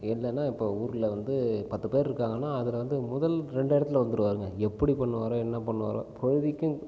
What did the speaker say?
என்னென்னா இப்போது ஊரில் வந்து பத்துப் பேர் இருக்காங்கன்னால் அதில் வந்து முதல் ரெண்டு இடத்துல வந்துடுவாருங்க எப்படி பண்ணுவாரோ என்ன பண்ணுவாரோ பொழுதுக்கும்